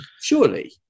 surely